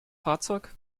fahrzeug